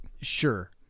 sure